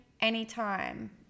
anytime